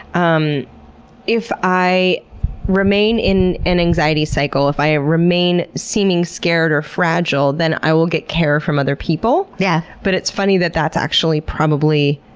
um if i remain in an anxiety cycle, if i remain seeming scared or fragile, then i will get care from other people. yeah but it's funny that that's probably,